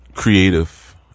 Creative